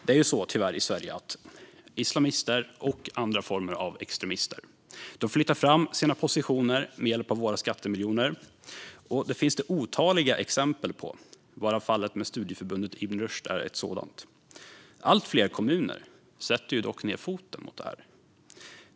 Det är tyvärr så i Sverige att islamister och andra former av extremister flyttar fram sina positioner med hjälp av våra skattemiljoner. Detta finns det otaliga exempel på, varav fallet med studieförbundet Ibn Rushd är ett. Allt fler kommuner sätter dock ned foten när det gäller det här.